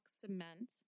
cement